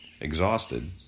Exhausted